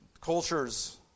cultures